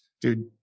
dude